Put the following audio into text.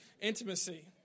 Intimacy